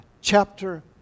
chapter